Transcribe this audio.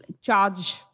charge